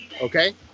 okay